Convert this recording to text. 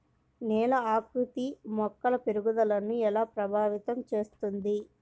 నేల ఆకృతి మొక్కల పెరుగుదలను ఎలా ప్రభావితం చేస్తుంది?